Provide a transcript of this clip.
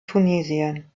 tunesien